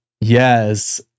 Yes